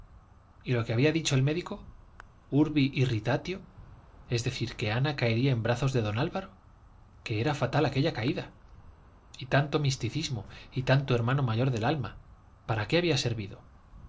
y lo que había dicho el médico ubi irritatio es decir que ana caería en brazos de don álvaro que era fatal aquella caída y tanto misticismo y tanto hermano mayor del alma para qué había servido